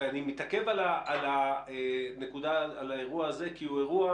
ואני מתעכב על האירוע הזה כי הוא אירוע